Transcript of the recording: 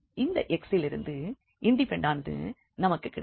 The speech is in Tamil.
இந்த x இலிருந்து இன்டிபெண்டன்ட்டானது நமக்கு கிடைக்கும்